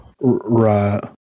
Right